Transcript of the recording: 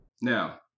now